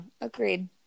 Agreed